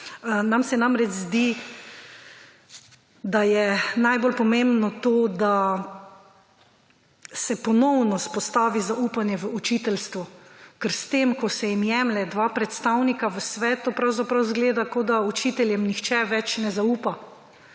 Nam se namreč zdi, da je najbolj pomembno to, da se ponovno vzpostavi zaupanje v učiteljstvo, ker s tem, ko se jim jemlje 2 predstavnika v svetu, pravzaprav zgleda, kot da učiteljem nihče več ne zaupa.